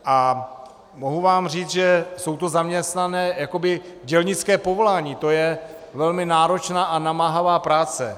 A mohu vám říct, že jsou to zaměstnání, jakoby dělnická povolání, to je velmi náročná a namáhavá práce.